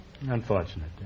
Unfortunate